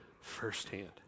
firsthand